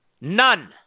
None